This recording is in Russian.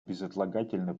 безотлагательно